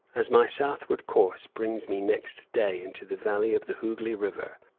as my southward course brings me next day into the valley of the hooghli river,